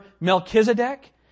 Melchizedek